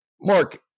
mark